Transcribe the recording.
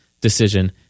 decision